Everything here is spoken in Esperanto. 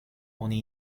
oni